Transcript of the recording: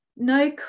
no